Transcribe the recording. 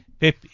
Pep